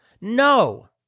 No